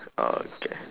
ah okay